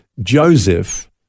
Joseph